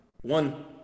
one